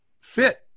fit